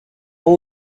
eau